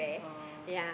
oh